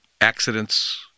accidents